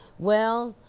well,